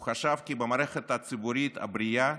הוא חשב כי במערכת הציבורית הבריאה